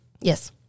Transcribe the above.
Yes